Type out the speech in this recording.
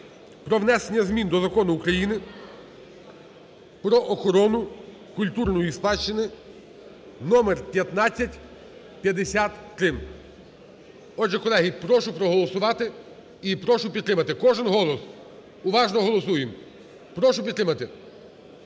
про внесення змін до Закону України "Про охорону культурної спадщини" (№ 1553). Отже, колеги, прошу проголосувати і прошу підтримати. Кожен голос! Уважно голосуємо. Прошу підтримати.